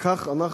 וכך אנחנו,